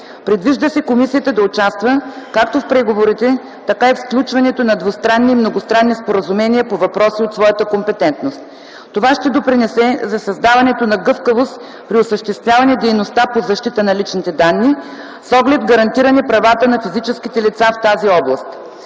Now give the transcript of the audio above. Предвижда се комисията да участва както в преговорите, така и в сключването на двустранни и многостранни споразумения по въпроси от своята компетентност. Това ще допринесе за създаването на гъвкавост при осъществяване дейността по защита на личните данни с оглед гарантиране правата на физическите лица в тази област.